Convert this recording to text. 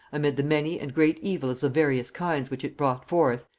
amid the many and great evils of various kinds which it brought forth,